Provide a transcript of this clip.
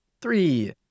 Three